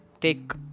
take